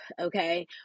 Okay